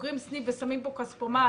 שסוגרים סניף ושמים כספומט,